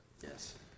Yes